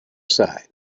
side